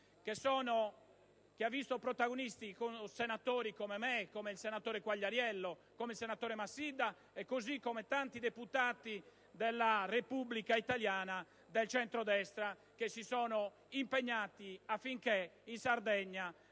che hanno visto protagonisti senatori come me, come il senatore Quagliariello, come il senatore Massidda e come tanti deputati della Repubblica italiana del centrodestra, che si sono impegnati affinché in Sardegna